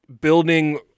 building